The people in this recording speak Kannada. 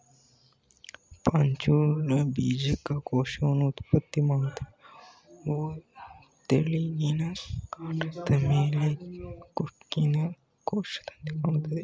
ಪಾಚಿಗಳು ಬೀಜಕ ಕೋಶವನ್ನ ಉತ್ಪತ್ತಿ ಮಾಡ್ತವೆ ಅವು ತೆಳ್ಳಿಗಿನ ಕಾಂಡದ್ ಮೇಲೆ ಕೊಕ್ಕಿನ ಕೋಶದಂತೆ ಕಾಣ್ತಾವೆ